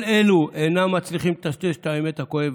כל אלו אינם מצליחים לטשטש את האמת הכואבת: